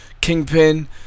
Kingpin